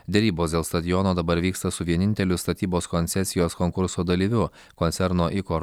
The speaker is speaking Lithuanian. derybos dėl stadiono dabar vyksta su vieninteliu statybos koncesijos konkurso dalyviu koncerno ikor